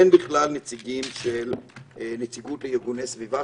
אין בכלל נציגות לארגוני סביבה,